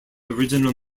original